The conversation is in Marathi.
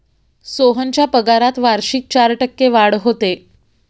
सोहनच्या पगारात वार्षिक चार टक्के वाढ होते